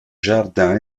jardin